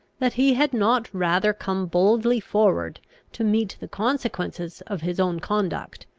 that he had not rather come boldly forward to meet the consequences of his own conduct,